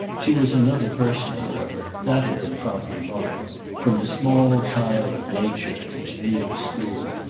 she was another person however that had been promptly marked from the small child of nature at the geneva school,